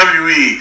wwe